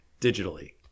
digitally